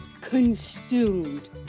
consumed